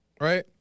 right